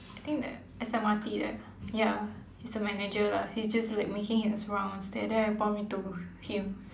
I think th~ S_M_R_T there ya he's a manager lah he's just like making his rounds there then I bump into him